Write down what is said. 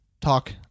talk